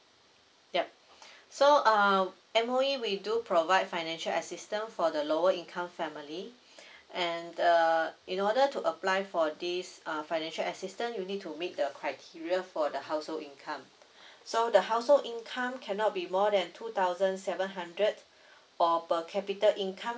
yup so uh M_O_E we do provide financial assistance for the lower income family and the in order to apply for this uh financial assistance you need to meet the criteria for the household income so the household income cannot be more than two thousand seven hundred for per capita income